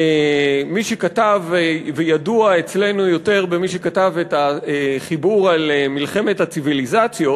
מי שידוע אצלנו יותר כמי שכתב את החיבור על מלחמת הציביליזציות,